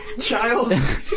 child